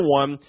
one